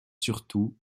surtout